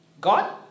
God